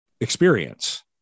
experience